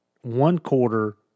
one-quarter